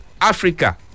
Africa